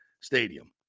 stadium